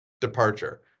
departure